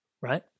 right